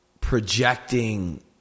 projecting